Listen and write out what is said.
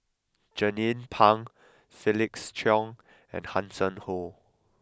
Jernnine Pang Felix Cheong and Hanson Ho